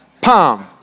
Palm